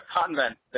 convent